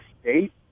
state